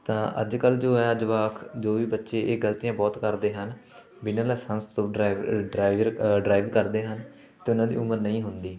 ਤਾਂ ਅੱਜ ਕੱਲ੍ਹ ਜੋ ਹੈ ਜਵਾਕ ਜੋ ਵੀ ਬੱਚੇ ਇਹ ਗਲਤੀਆਂ ਬਹੁਤ ਕਰਦੇ ਹਨ ਬਿਨਾਂ ਲਾਇਸੈਂਸ ਤੋਂ ਡਰਾਈਵ ਡਰਾਈਵਰ ਡਰਾਈਵ ਕਰਦੇ ਹਨ ਅਤੇ ਉਹਨਾਂ ਦੀ ਉਮਰ ਨਹੀਂ ਹੁੰਦੀ